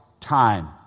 time